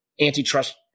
antitrust